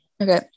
okay